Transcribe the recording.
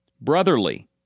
brotherly